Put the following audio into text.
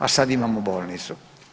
A sad imamo bolnicu.